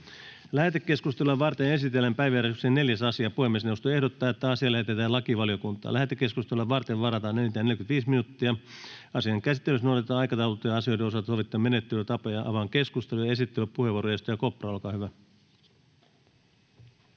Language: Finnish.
Lähetekeskustelua varten esitellään päiväjärjestyksen 4. asia. Puhemiesneuvosto ehdottaa, että asia lähetetään lakivaliokuntaan. Lähetekeskusteluun varataan enintään 45 minuuttia. Asian käsittelyssä noudatetaan aikataulutettujen asioiden osalta sovittuja menettelytapoja. Avaan keskustelun. — Esittelypuheenvuoro, edustaja Kopra, olkaa hyvä.